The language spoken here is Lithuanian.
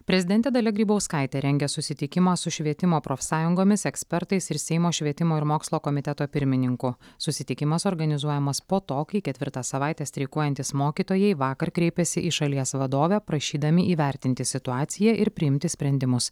prezidentė dalia grybauskaitė rengia susitikimą su švietimo profsąjungomis ekspertais ir seimo švietimo ir mokslo komiteto pirmininku susitikimas organizuojamas po to kai ketvirtą savaitę streikuojantys mokytojai vakar kreipėsi į šalies vadovę prašydami įvertinti situaciją ir priimti sprendimus